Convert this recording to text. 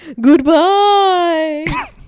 Goodbye